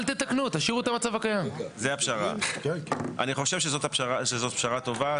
אני חושב שזו פשרה טובה.